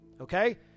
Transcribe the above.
Okay